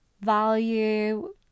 value